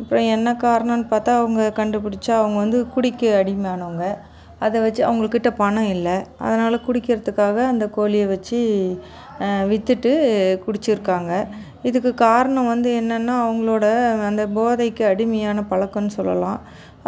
அப்புறோம் என்ன காரணன்னு பார்த்தா அவங்க கண்டுபிடிச்சா அவங்க வந்து குடிக்கு அடிமையானவங்க அதை வச்சி அவங்ககிட்ட பணம் இல்லை அதனால் குடிக்கறதுக்காக அந்த கோழியை வச்சு விற்றுட்டு குடிச்சிருக்காங்க இதுக்கு காரணம் வந்து என்னென்னா அவங்களோட அந்த போதைக்கு அடிமையான பழக்கம்னு சொல்லலாம்